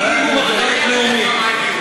מינימום אחריות לאומית.